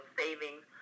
savings